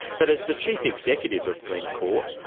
but as the chief executive of glencore,